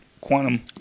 Quantum